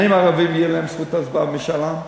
האם לערבים תהיה זכות הצבעה במשאל עם?